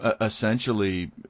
essentially